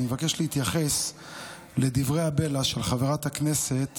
אני מבקש להתייחס לדברי הבלע של חברת הכנסת